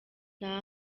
nta